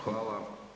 Hvala.